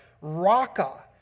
Raka